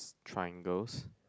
triangles